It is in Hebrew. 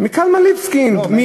מקלמן ליבסקינד.